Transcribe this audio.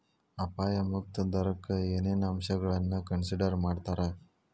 ಅಪಾಯ ಮುಕ್ತ ದರಕ್ಕ ಏನೇನ್ ಅಂಶಗಳನ್ನ ಕನ್ಸಿಡರ್ ಮಾಡ್ತಾರಾ